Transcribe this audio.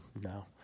No